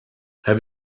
have